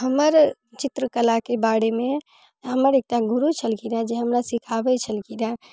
हमर चित्रकलाके बारेमे हमर एकटा गुरु छलखिन हँ जे हमरा सीखाबै छलखिन हँ